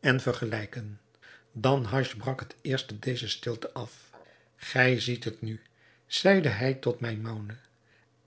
en vergelijken danhasch brak het eerst deze stilte af gij ziet het nu zeide hij tot maimoune